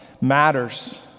matters